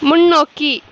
முன்னோக்கி